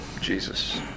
Jesus